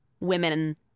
women